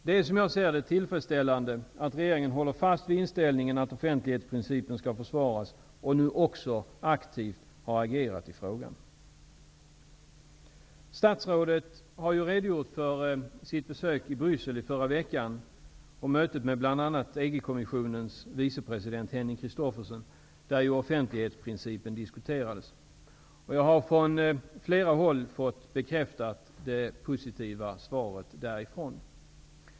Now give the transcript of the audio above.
Det är, som jag ser det, tillfredsställande, att regeringen håller fast vid inställningen att offentlighetsprincipen skall försvaras och att regeringen nu också aktivt har agerat i frågan. Statsrådet har redogjort för sitt besök i Bryssel i förra veckan och för mötet med bl.a. EG Christophersen, då offentlighetsprincipen diskuterades. Jag har från flera håll fått bekräftat det positiva svaret därifrån.